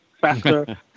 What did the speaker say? faster